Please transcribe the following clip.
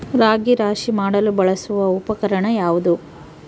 ರಾಗಿ ರಾಶಿ ಮಾಡಲು ಬಳಸುವ ಉಪಕರಣ ಯಾವುದು?